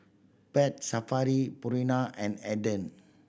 Pet Safari Purina and Aden